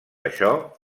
això